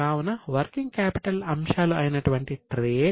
కావున working capital అంశాలు అయినటువంటి ట్రేడ్